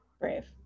Brave